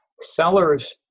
Sellers